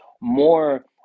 more